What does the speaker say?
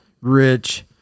Rich